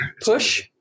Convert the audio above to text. push